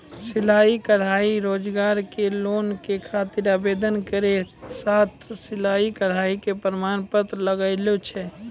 सिलाई कढ़ाई रोजगार के लोन के खातिर आवेदन केरो साथ सिलाई कढ़ाई के प्रमाण पत्र लागै छै?